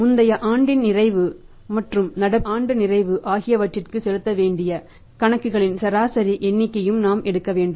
முந்தைய ஆண்டின் நிறைவு மற்றும் நடப்பு ஆண்டு நிறைவு ஆகியவற்றிற்கு செலுத்த வேண்டிய கணக்குகளின் சராசரி எண்ணிக்கையை நாம் எடுக்க வேண்டும்